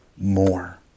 more